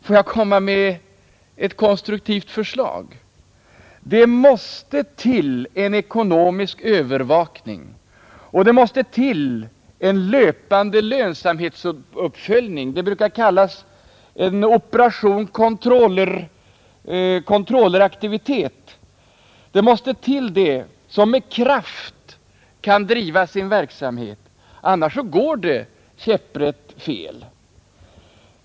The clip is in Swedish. Får jag komma med ett konstruktivt förslag, herr Wickman? Det måste till en ekonomisk övervakning, och det måste till en löpande lönsamhetsuppföljning — det brukar kallas en operation controlleraktivitet — som med kraft kan driva sin verksamhet. Annars går det käpprätt fel.